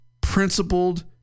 principled